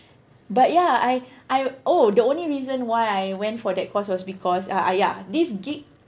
but ya I I oh the only reason why I went for that course was because ah ah ya this geek